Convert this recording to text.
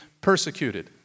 persecuted